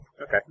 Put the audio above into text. Okay